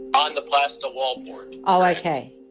on the plaster wall boards. oh okay.